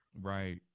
Right